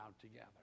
together